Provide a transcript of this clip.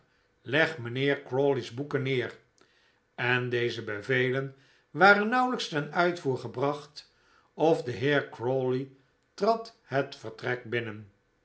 leg mijnheer crawley's boeken neer en deze bevelen waren nauwelijks ten uitvoer gebracht of de heer crawley trad het vertrek binnen